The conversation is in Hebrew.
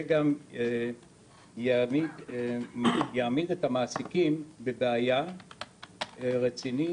זה גם יעמיד את המעסיקים בבעיה רצינית.